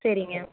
சரிங்க